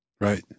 Right